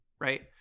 right